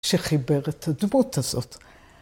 ‫שחיבר את הדמות הזאת.